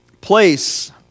place